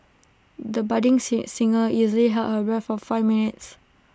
the budding sing singer easily held her breath for five minutes